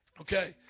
okay